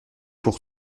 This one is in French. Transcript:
pour